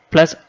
Plus